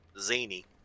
zany